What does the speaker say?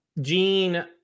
Gene